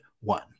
one